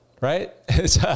right